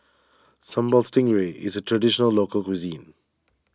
Sambal Stingray is a Traditional Local Cuisine